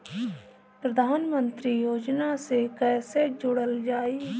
प्रधानमंत्री योजना से कैसे जुड़ल जाइ?